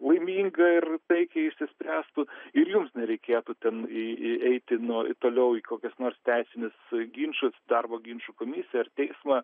laiminga ir taikiai išsispręstų ir jums nereikėtų ten į į eiti nu toliau į kokius nors teisinius ginčus darbo ginčų komisiją ar teismą